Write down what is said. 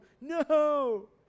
No